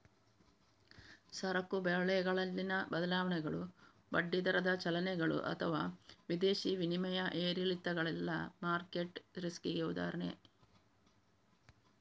ಸರಕುಗಳ ಬೆಲೆಗಳಲ್ಲಿನ ಬದಲಾವಣೆಗಳು, ಬಡ್ಡಿ ದರದ ಚಲನೆಗಳು ಅಥವಾ ವಿದೇಶಿ ವಿನಿಮಯ ಏರಿಳಿತಗಳೆಲ್ಲ ಮಾರ್ಕೆಟ್ ರಿಸ್ಕಿಗೆ ಉದಾಹರಣೆ